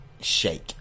Shake